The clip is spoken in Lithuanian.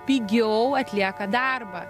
pigiau atlieka darbą